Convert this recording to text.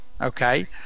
okay